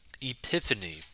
epiphany